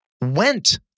went